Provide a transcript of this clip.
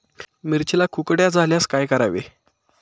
मिरचीला कुकड्या झाल्यास काय करावे?